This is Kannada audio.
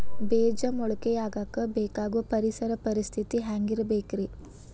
ಬೇಜ ಮೊಳಕೆಯಾಗಕ ಬೇಕಾಗೋ ಪರಿಸರ ಪರಿಸ್ಥಿತಿ ಹ್ಯಾಂಗಿರಬೇಕರೇ?